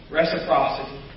reciprocity